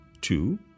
Two